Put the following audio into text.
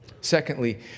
Secondly